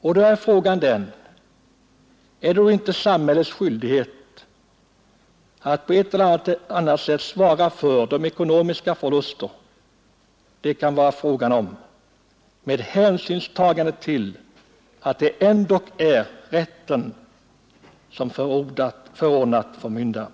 Och då är frågan: Är det inte samhällets skyldighet att på ett eller annat sätt svara för de ekonomiska förluster det kan vara fråga om med hänsynstagande till att det ändå är rätten som förordnat förmyndare?